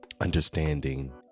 understanding